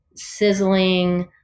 sizzling